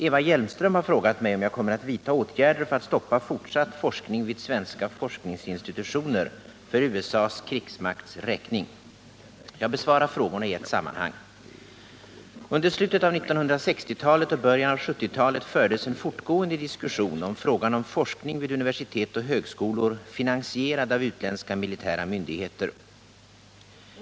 Eva Hjelmström har frågat mig om jag kommer att vidta åtgärder för att stoppa fortsatt forskning vid svenska forskningsinstitutioner för USA:s krigsmakts räkning. Jag besvarar frågorna i ett sammanhang. Under slutet av 1960-talet och början av 1970-talet fördes en fortgående diskussion om frågan om forskning vid universitet och högskolor finansierad av utländska militära myndigheter.